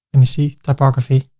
let me see typography,